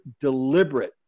deliberate